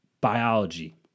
biology